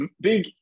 big